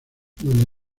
donde